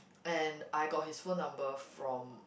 and I got his phone number from